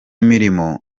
mirimo